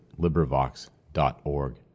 LibriVox.org